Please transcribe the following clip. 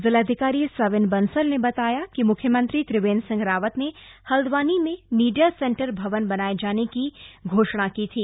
जिलाधिकारी सविन बंसल ने बताया कि मुख्यमंत्री त्रिवेन्द्र सिंह रावत ने हल्द्वानी में मीडिया सेन्टर भवन बनाये जाने की घोषणा की थी